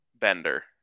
bender